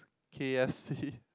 k_f_c